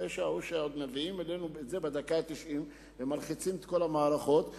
הפשע הוא שעוד מביאים אלינו את זה בדקה התשעים ומלחיצים את כל המערכות,